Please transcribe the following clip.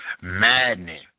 maddening